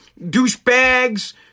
douchebags